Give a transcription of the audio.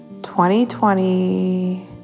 2020